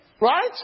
right